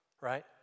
Right